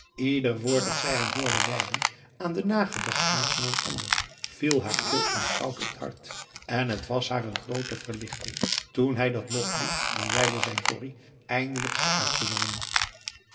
ieder woord dat zij hem hoorde wijden aan de nagedachtenis van een ander viel haar kil en koud op het hart en het was haar een groote verlichting toen hij dat loflied aan wijlen zijn corrie eindelijk had uitgezongen